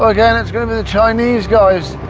again, it's going to be the chinese guys.